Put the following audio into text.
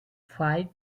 five